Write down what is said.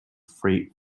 freight